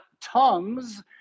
tongues